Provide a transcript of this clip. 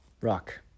rock